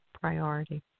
priority